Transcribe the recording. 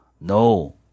No